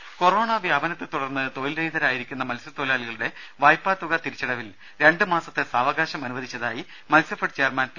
ദര വ്യാപനത്തെത്തുടർന്നു തൊഴിൽരഹിതരായിരിക്കുന്ന കൊറോണാ മത്സ്യത്തൊഴിലാളികളുടെ വായ്പാതുക തിരിച്ചടവിൽ രണ്ടു മാസത്തെ സാവകാശം അനുവദിച്ചതായി മത്സ്യഫെഡ് ചെയർമാൻ പി